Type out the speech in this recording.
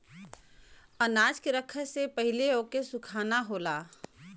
अनाज के रखे से पहिले ओके सुखाना होला